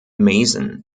mason